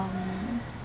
um